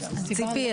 ציפי,